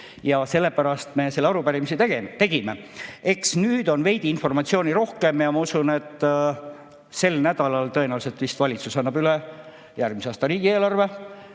ja sellepärast me selle arupärimise tegime. Eks nüüd on veidi informatsiooni rohkem ja ma usun, et sel nädalal tõenäoliselt valitsus annab üle järgmise aasta riigieelarve.